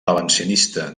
valencianista